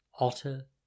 Otter